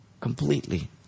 completely